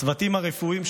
הצוותים הרפואיים,